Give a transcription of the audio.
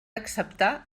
acceptar